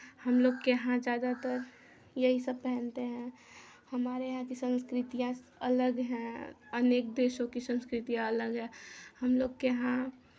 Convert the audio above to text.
हम लोग के यहाँ ज़्यादातर यही सब पहनते हैं हमारे यहाँ की संस्कृतियाँ अलग हैं अनेक देशों की संस्कृतियाँ अलग हैं हम लोग के यहाँ